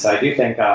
i do think